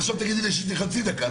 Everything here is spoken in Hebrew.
עכשיו תגידי לי שיש לי חצי דקה.